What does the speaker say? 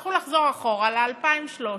תצטרכו לחזור אחורה ל-2,300,